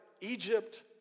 Egypt